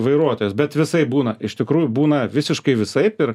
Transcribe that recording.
vairuotojas bet visaip būna iš tikrųjų būna visiškai visaip ir